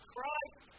Christ